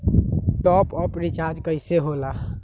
Top up recharge कइसे होएला?